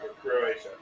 Croatia